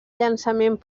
llançament